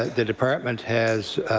ah the department has